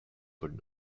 pôle